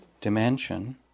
dimension